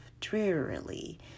drearily